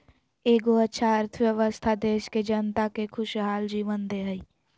एगो अच्छा अर्थव्यवस्था देश के जनता के खुशहाल जीवन दे हइ